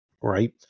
right